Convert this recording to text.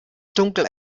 dunkel